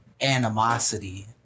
animosity